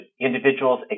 individuals